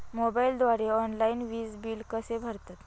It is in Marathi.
मोबाईलद्वारे ऑनलाईन वीज बिल कसे भरतात?